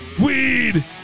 weed